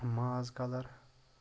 ماز کَلَر